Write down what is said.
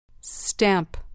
Stamp